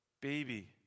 baby